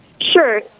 Sure